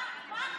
מה, מה חשוב?